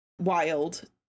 wild